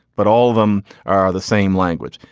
but all of them are the same language.